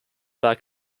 back